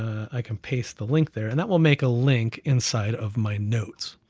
i can paste the link there, and that will make a link inside of my notes.